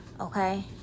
okay